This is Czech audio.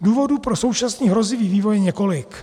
Důvodů pro současný hrozivý vývoj je několik.